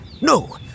No